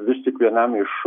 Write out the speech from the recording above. vis tik vienam iš